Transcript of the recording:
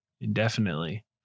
Indefinitely